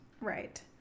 Right